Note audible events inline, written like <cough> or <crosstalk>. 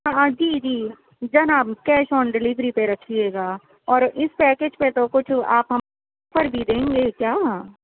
ہاں جی جی جناب کیش آن ڈلیوری پر رکھیے گا اور اس پیکج پے تو کچھ آپ ہم <unintelligible> بھی دیں گے کیا